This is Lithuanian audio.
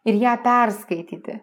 ir ją perskaityti